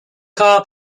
car